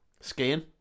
Skiing